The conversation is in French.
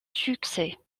succès